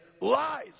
lies